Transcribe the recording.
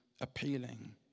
appealing